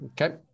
Okay